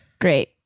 Great